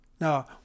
Now